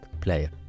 player